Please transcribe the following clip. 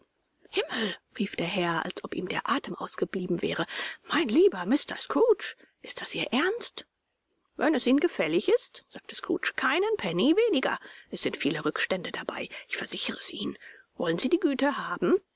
himmel rief der herr als ob ihm der atem ausgeblieben wäre mein lieber mr scrooge ist das ihr ernst wenn es ihnen gefällig ist sagte scrooge keinen penny weniger es sind viele rückstände dabei ich versichere es ihnen wollen sie die güte haben